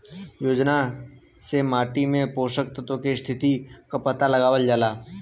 योजना से माटी में पोषक तत्व के स्थिति क पता लगावल जाला